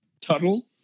Tuttle